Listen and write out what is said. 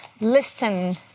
listen